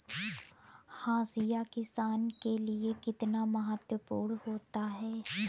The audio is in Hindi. हाशिया किसान के लिए कितना महत्वपूर्ण होता है?